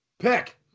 Pick